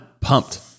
pumped